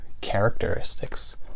characteristics